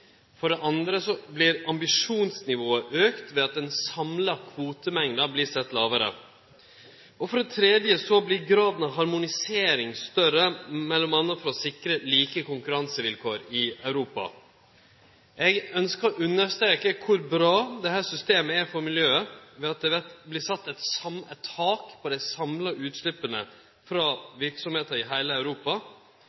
For det andre vert ambisjonsnivået auka ved at den samla kvotemengda vert sett lågare. For det tredje vert graden av harmonisering større, m.a. for å sikre like konkurransevilkår i Europa. Eg ønskjer å understreke kor bra dette systemet er for miljøet ved at det vert sett eit tak for dei samla utsleppa frå